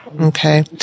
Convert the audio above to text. okay